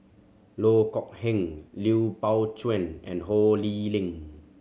Loh Kok Heng Lui Pao Chuen and Ho Lee Ling